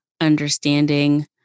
understanding